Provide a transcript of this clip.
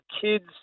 kids